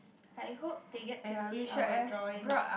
I hope they get to see our drawings